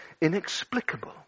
inexplicable